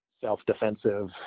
self-defensive